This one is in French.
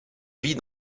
vit